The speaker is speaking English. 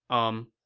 umm,